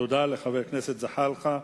תודה לחבר הכנסת זחאלקה.